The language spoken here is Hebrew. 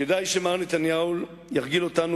כדאי שמר נתניהו ירגיל אותנו,